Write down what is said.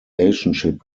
relationship